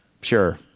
Sure